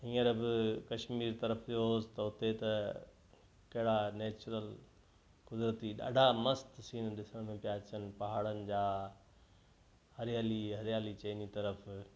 हींअर बि कश्मीर तरफ़ वियो हुअसि त हुते त कहिड़ा नेचुरल क़ुदिरती ॾाढा मस्तु सीन ॾिसण में पिया अचनि पहाड़नि जा हरियाली हरियाली चईनि तरफ़